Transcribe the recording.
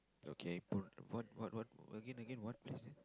okay pull what what what again again what you say